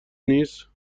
نیست